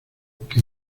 que